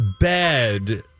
Bed